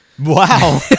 Wow